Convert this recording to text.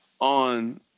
on